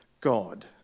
God